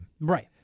Right